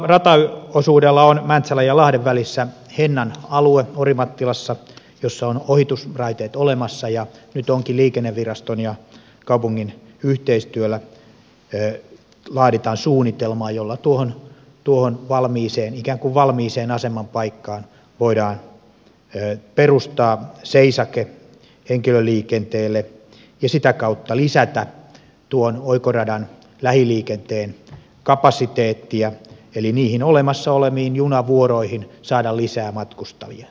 tuolla rataosuudella on mäntsälän ja lahden välissä hennan alue orimattilassa missä on ohitusraiteet olemassa ja nyt liikenneviraston ja kaupungin yhteistyöllä laaditaankin suunnitelmaa jolla tuohon ikään kuin valmiiseen aseman paikkaan voidaan perustaa seisake henkilöliikenteelle ja sitä kautta lisätä tuon oikoradan lähiliikenteen kapasiteettia eli niihin olemassa oleviin junavuoroihin saada lisää matkustajia